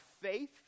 faith